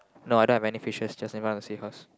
no I don't have any fishes just in front of the seahorse